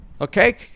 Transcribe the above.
okay